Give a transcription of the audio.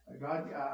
God